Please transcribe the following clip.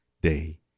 day